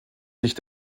sich